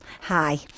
Hi